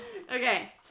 Okay